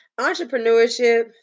entrepreneurship